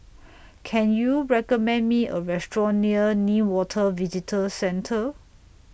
Can YOU recommend Me A Restaurant near Newater Visitor Centre